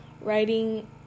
writing